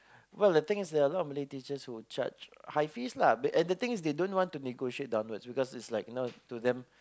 well the thing is there are a lot of Malay teacher who would charge high fees lah and the thing is they don't want to negotiate downwards because is like you know to them